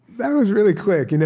that was really quick. you know